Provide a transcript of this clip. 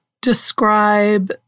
describe